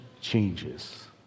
changes